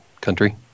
country